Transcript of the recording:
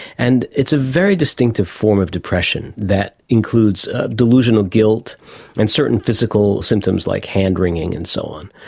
and it's a very distinctive form of depression that includes delusional guilt and certain physical symptoms like hand-wringing and so on.